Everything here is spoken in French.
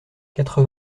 quatre